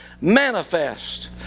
manifest